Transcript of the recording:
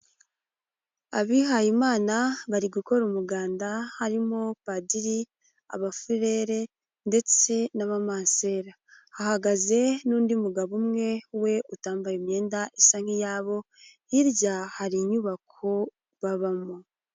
Abihayimana bari gukora umuganda, harimo padiri, abafurere ndetse n'abamansera. Hahagaze n'undi mugabo umwe we utambaye imyenda isa nk'iyabo, hirya hari inyubako babamo.